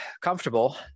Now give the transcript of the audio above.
comfortable